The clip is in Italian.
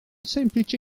semplice